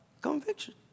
conviction